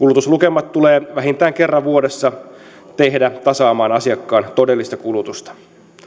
tulee tehdä vähintään kerran vuodessa tasaamaan asiakkaan todellista kulutusta